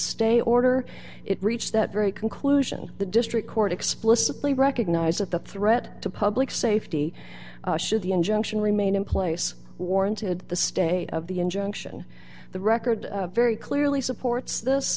stay order it reached that very conclusion the district court explicitly recognized that the threat to public safety should the injunction remain in place warranted the stay of the injunction the record very clearly supports this